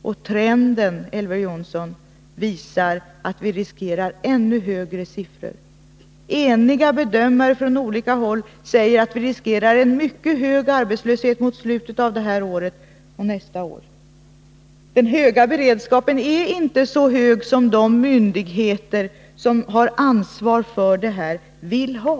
Och trenden, Elver Jonsson, visar att vi riskerar ännu högre siffror. Eniga bedömare från olika håll säger att vi riskerar en mycket hög arbetslöshet mot slutet av detta år och nästa år. Och den höga beredskapen är inte så hög som de myndigheter som har ansvaret på detta område vill att den skall vara.